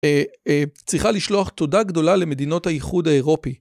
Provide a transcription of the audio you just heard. צריכה לשלוח תודה גדולה למדינות האיחוד האירופי.